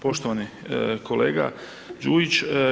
Poštovani kolega Đujić.